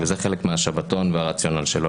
וזה חלק מהשבתון והרציונל שלו,